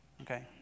okay